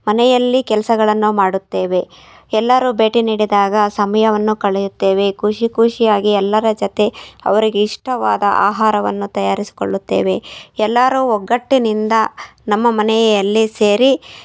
ಮನೆಯಲ್ಲಿ ಕೆಲಸಗಳನ್ನು ಮಾಡುತ್ತೇವೆ ಎಲ್ಲರು ಭೇಟಿ ನೀಡಿದಾಗ ಸಮಯವನ್ನು ಕಳೆಯುತ್ತೇವೆ ಖುಷಿ ಖುಷಿಯಾಗಿ ಎಲ್ಲರ ಜೊತೆ ಅವ್ರಿಗೆ ಇಷ್ಟವಾದ ಆಹಾರವನ್ನು ತಯಾರಿಸಿಕೊಳ್ಳುತ್ತೇವೆ ಎಲ್ಲರೂ ಒಗ್ಗಟ್ಟಿನಿಂದ ನಮ್ಮ ಮನೆಯಲ್ಲಿ ಸೇರಿ